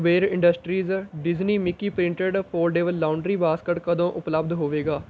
Kuber industries Disney Mickey printed foldable laundry basket ਕਦੋਂ ਉਪਲਬਧ ਹੋਵੇਗਾ